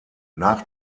nach